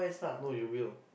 no you will